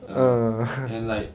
ah